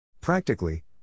Practically